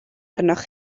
arnoch